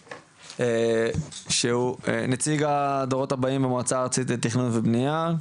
שהוא נציג הדורות הבאים במועצה הארצית לתכנון ובנייה.